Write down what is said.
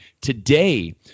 today